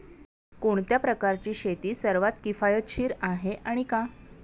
कोणत्या प्रकारची शेती सर्वात किफायतशीर आहे आणि का?